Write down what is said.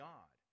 God